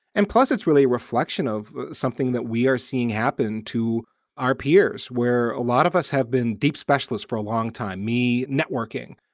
and plus, it's really a reflection of something that we are seeing happen to our peers, where a lot of us have been deep specialists for a long time me networking,